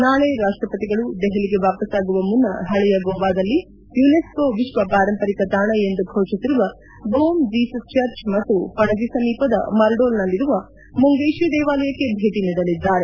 ನಾಳೆ ರಾಷ್ಟಪತಿಗಳು ದೆಹಲಿಗೆ ವಾಪಸ್ವಾಗುವ ಮುನ್ನ ಹಳೆಯ ಗೋವಾದಲ್ಲಿ ಯುನೆಸೋ ವಿಶ್ವಪಾರಂಪರಿಕ ತಾಣ ಎಂದು ಫೋಷಿಸಿರುವ ಬೋಮ್ ಜೀಸಸ್ ಚರ್ಚ್ ಮತ್ತು ಪಣಜಿ ಸಮೀಪದ ಮರ್ಡೋಲ್ನಲ್ಲಿರುವ ಮುಂಗೇಶಿ ದೇವಾಲಯಕ್ಕೆ ಭೇಟ ನೀಡಲಿದ್ದಾರೆ